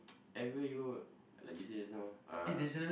ever you like you say just now uh